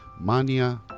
Mania